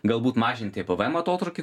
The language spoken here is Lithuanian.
galbūt mažinti pvm atotrūkį